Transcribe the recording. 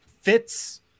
fits